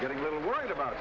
getting a little worried about